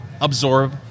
absorb